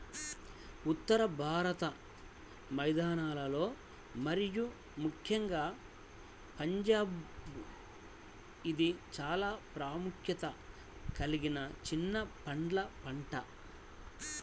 ఉత్తర భారత మైదానాలలో మరియు ముఖ్యంగా పంజాబ్లో ఇది చాలా ప్రాముఖ్యత కలిగిన చిన్న పండ్ల పంట